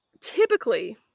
typically